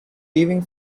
leaving